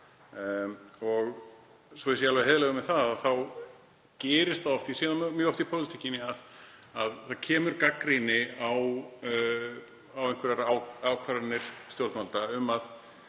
Svo ég sé alveg heiðarlegur með það þá gerist það mjög oft í pólitíkinni að það kemur gagnrýni á einhverjar ákvarðanir stjórnvalda um að